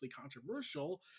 controversial